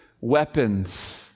weapons